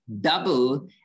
double